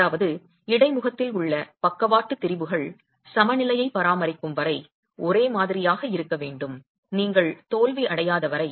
அதாவது இடைமுகத்தில் உள்ள பக்கவாட்டு திரிபுகள் சமநிலையை பராமரிக்கும் வரை ஒரே மாதிரியாக இருக்க வேண்டும் நீங்கள் தோல்வி அடையாத வரை